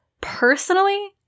Personally